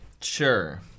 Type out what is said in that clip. Sure